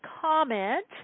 comment